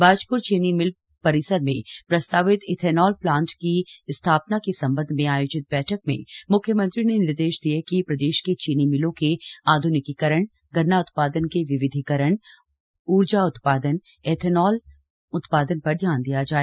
बाजप्र चीनी मिल परिसर में प्रस्तावित इथेनॉल प्लांट की स्थापना के संबंध में आयोजित बैठक में म्ख्यमंत्री ने निर्देश दिए कि प्रदेश की चीनी मिलों के आध्निकीकरण गन्ना उत्पादन के विविधीकरण ऊर्जा उत्पादन एथेनॉल उत्पादन पर ध्यान दिया जाए